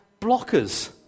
blockers